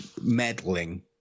meddling